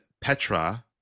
Petra